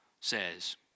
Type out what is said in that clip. says